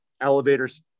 elevators